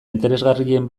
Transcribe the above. interesgarrien